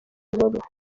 nkuru